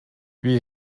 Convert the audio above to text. wie